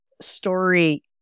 story